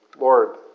Lord